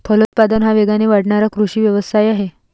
फलोत्पादन हा वेगाने वाढणारा कृषी व्यवसाय आहे